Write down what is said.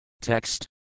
Text